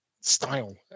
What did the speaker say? style